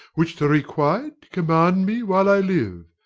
which to requite, command me while i live.